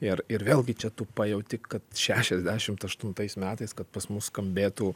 ir ir vėlgi čia tu pajauti kad šešiasdešimt aštuntais metais kad pas mus skambėtų